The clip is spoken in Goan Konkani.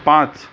पांच